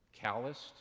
Calloused